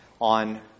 on